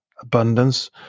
abundance